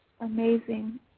amazing